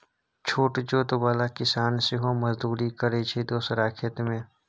छोट जोत बला किसान सेहो मजदुरी करय छै दोसरा खेत मे